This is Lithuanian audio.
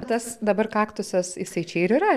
tas dabar kaktusas jisai čia ir yra